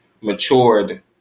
matured